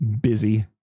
busy